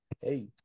hey